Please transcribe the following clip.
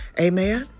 Amen